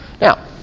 Now